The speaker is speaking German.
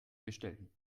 bestellen